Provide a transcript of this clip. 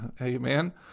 Amen